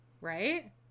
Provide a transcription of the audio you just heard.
Right